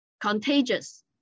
contagious